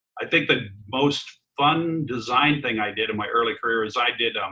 i think the most fun design thing i did in my early career is i did,